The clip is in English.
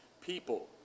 people